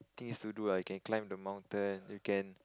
things to do lah you can climb the mountain you can